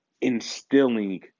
instilling